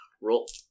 roll